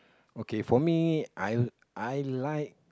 okay for me I I like